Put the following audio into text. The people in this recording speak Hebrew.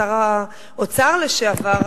שר האוצר לשעבר,